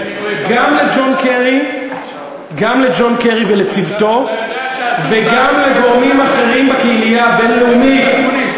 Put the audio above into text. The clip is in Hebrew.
גם לג'ון קרי ולצוותו וגם לגורמים אחרים בקהילה הבין-לאומית,